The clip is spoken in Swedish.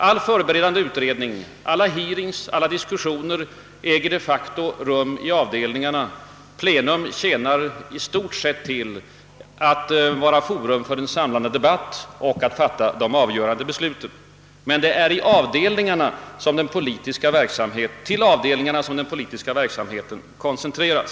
All förberedande utredning, alla hearings, alla diskussioner äger de facto rum i avdelningarna — plenum tjänar i stort sett till att vara forum för en samlande debatt och att fatta de avgörande besluten. Det är alltså till avdelningarna som den politiska verksamheten koncentreras.